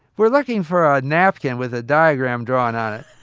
we're looking for a napkin with a diagram drawn on it.